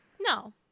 No